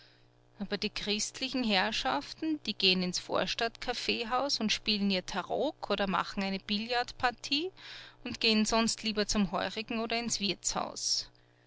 aber die christlichen herrschaften die geh'n ins vorstadtkaffeehaus und spielen ihr tarock oder machen eine billardpartie und gehen sonst lieber zum heurigen oder ins wirtshaus